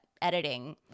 Editing